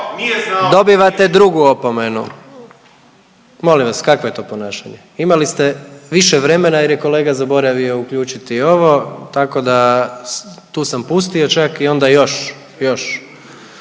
Dobivate drugu opomenu. Molim vas, kakvo je to ponašanje? Imali ste više vremena jer je kolega zaboravio uključiti ovo, tako da, tu sam pustio čak i onda još, još.